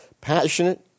passionate